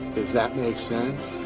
does that make sense?